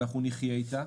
אנחנו נחייה איתה.